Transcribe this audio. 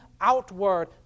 outward